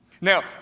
Now